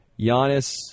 Giannis